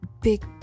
big